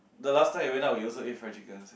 the last time we went out we also eat fried chicken sia